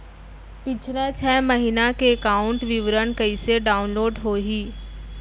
पिछला छः महीना के एकाउंट विवरण कइसे डाऊनलोड होही?